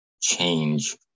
change